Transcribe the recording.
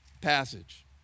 passage